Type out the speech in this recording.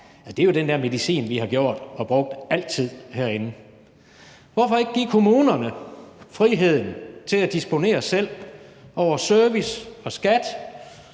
det er jo den medicin, vi altid har gjort brug af herinde. Hvorfor ikke give kommunerne friheden til at disponere selv over service og skat